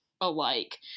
alike